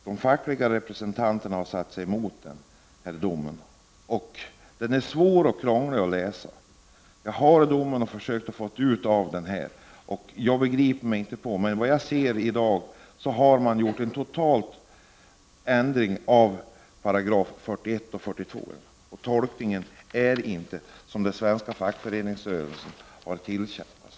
De fackliga representanterna gick emot domen. Domen är svår och krånglig att läsa. Jag har domen och har försökt läsa den, men jag begriper den inte. Men såvitt jag förstår har en total ändring gjorts av 41 och 42 §§, så att den inte längre innehåller det som den svenska fackföreningsrörelsen har kämpat för.